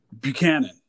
Buchanan